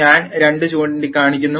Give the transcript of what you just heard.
ഞാൻ രണ്ട് ചൂണ്ടിക്കാണിക്കുന്നു